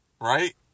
Right